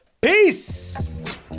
peace